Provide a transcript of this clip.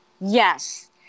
Yes